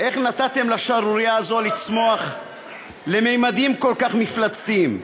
איך נתתם לשערורייה הזאת לצמוח לממדים כל כך מפלצתיים?